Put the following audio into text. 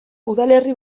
udalerri